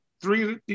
three